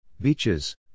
Beaches